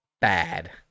bad